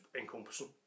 encompassing